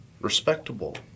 respectable